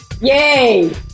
Yay